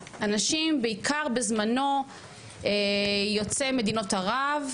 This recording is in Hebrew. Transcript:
לאנשים בעיקר בזמנו יוצאי מדינות ערב,